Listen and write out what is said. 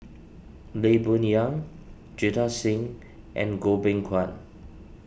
Lee Boon Yang Jita Singh and Goh Beng Kwan